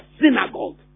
synagogue